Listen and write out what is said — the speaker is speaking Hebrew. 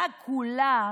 שאלות,